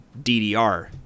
DDR